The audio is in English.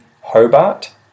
Hobart